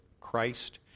Christ